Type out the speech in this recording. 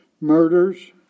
murders